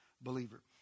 believer